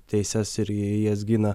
teises ir jas gina